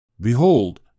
Behold